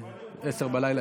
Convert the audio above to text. הזמן.